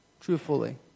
truthfully